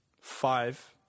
five